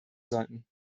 sollten